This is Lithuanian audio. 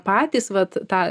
patys vat tą